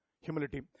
humility